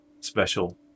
special